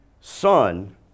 son